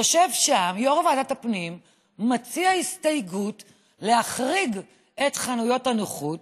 יושב שם יו"ר ועדת הפנים ומציע הסתייגות להחריג את חנויות הנוחות,